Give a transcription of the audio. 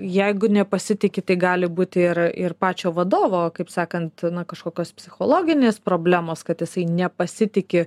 jeigu nepasitiki tai gali būti ir ir pačio vadovo kaip sakant na kašokios psichologinės problemos kad jisai nepasitiki